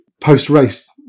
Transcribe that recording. post-race